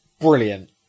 brilliant